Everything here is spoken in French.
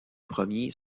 premier